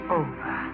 over